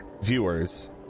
viewers